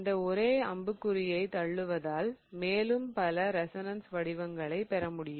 இந்த ஒரே அம்புக்குறியை தள்ளுவதால் மேலும் பல ரெசோனன்ஸ் வடிவங்களை பெறமுடியும்